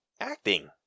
acting